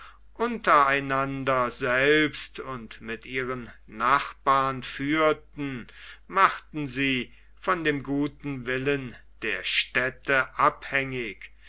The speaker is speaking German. einander selbst und mit ihren nachbarn führten machten sie von dem guten willen der städte abhängig